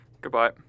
Goodbye